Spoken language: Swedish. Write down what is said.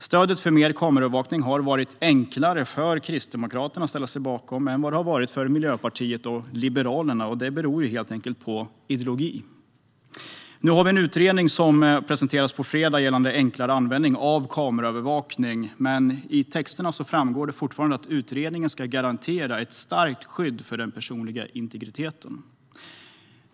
Stödet för mer kameraövervakning har varit enklare för Kristdemokraterna att ställa sig bakom än för Miljöpartiet och Liberalerna, och det beror helt enkelt på ideologi. Nu har vi en utredning som presenteras på fredag gällande enklare användning av kameraövervakning. Men i texterna framgår det fortfarande att utredningen ska garantera ett starkt skydd för den personliga integriteten.